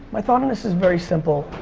my thought on this is very simple,